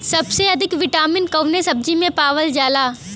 सबसे अधिक विटामिन कवने सब्जी में पावल जाला?